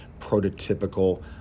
prototypical